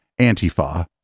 Antifa